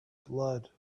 blood